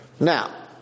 Now